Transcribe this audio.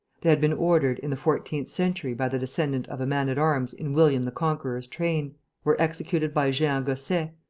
they had been ordered in the fourteenth century by the descendant of a man-at-arms in william the conqueror's train were executed by jehan gosset,